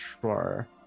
sure